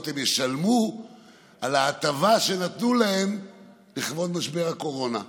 הם ישלמו על ההטבה שנתנו להם בעקבות משבר הקורונה.